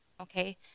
okay